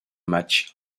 matchs